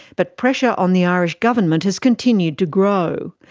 but pressure on the irish government has continued to grow.